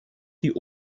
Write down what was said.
die